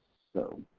so,